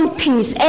peace